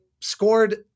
scored